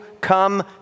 come